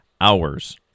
hours